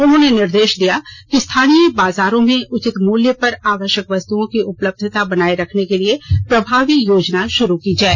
उन्होंने निर्देश दिया कि स्थानीय बाजारों में उचित मूल्य पर आवश्यक वस्तुओं की उपलब्यता बनाए रखने के लिए प्रभावी योजना शुरू की जाए